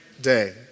day